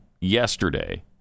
yesterday